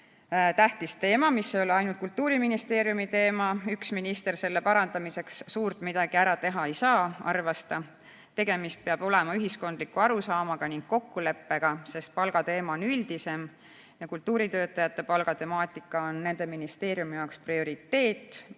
tähtis teema, mis ei ole ainult Kultuuriministeeriumi teema. Üks minister selle parandamiseks suurt midagi ära teha ei saa, arvas ta. Tegemist peab olema ühiskondliku arusaamaga ning kokkuleppega, sest palgateema on üldisem ja kultuuritöötajate palga temaatika on nende jaoks prioriteet,